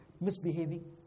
misbehaving